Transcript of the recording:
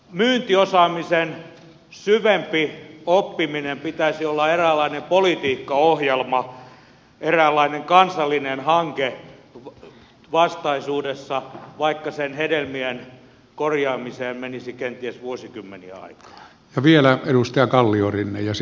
eikö tämän myyntiosaamisen syvempi oppiminen pitäisi olla eräänlainen politiikkaohjelma eräänlainen kansallinen hanke vastaisuudessa vaikka sen hedelmien korjaamiseen menisi kenties vuosikymmeniä aikaa ja vielä edustaja kalliorinne jose